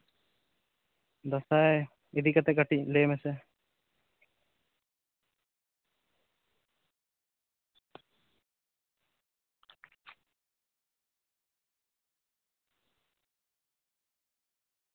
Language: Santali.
ᱫᱟᱸᱥᱟᱭ ᱤᱫᱤ ᱠᱟᱛᱮ ᱠᱟᱹᱴᱤᱡ ᱞᱟᱹᱭ ᱢᱮᱥᱮ